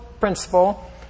principle